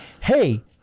Hey